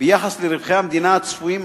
ביחס לרווחי המדינה הצפויים,